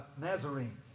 Nazarene